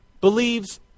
believes